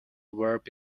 verb